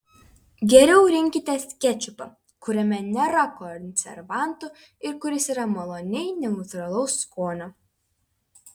geriau rinkitės kečupą kuriame nėra konservantų ir kuris yra maloniai neutralaus skonio